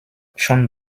schon